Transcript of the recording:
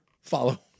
Follow